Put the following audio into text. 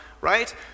right